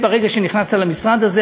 מהרגע שנכנסת למשרד הזה,